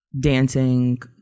dancing